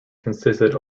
consisted